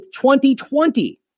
2020